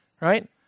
right